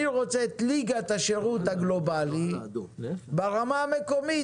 אני רוצה את ליגת השירות הגלובלי ברמה המקומית.